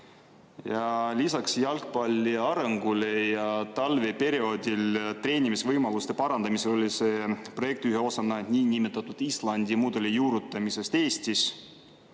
Lisaks jalgpalli arengule ja talveperioodil treenimisvõimaluste parandamisele oli see projekt üks osa niinimetatud Islandi mudeli juurutamisest Eestis.